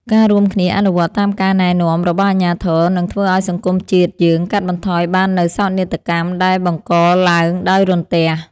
ការរួមគ្នាអនុវត្តតាមការណែនាំរបស់អាជ្ញាធរនឹងធ្វើឱ្យសង្គមជាតិយើងកាត់បន្ថយបាននូវសោកនាដកម្មដែលបង្កឡើងដោយរន្ទះ។